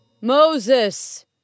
Moses